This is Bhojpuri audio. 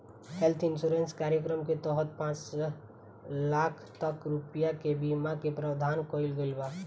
हेल्थ इंश्योरेंस कार्यक्रम के तहत पांच लाख तक रुपिया के बीमा के प्रावधान कईल गईल बावे